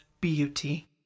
beauty